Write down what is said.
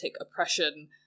oppression